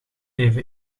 even